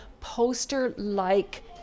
poster-like